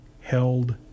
held